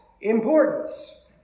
importance